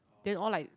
then all like